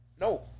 no